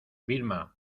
vilma